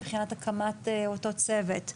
מבחינת הקמת אותו צוות,